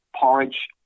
porridge